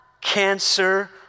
cancer